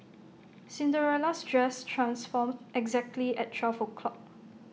Cinderella's dress transformed exactly at twelve o'clock